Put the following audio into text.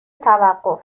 توقف